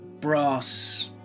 brass